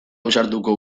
ausartuko